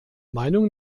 meinung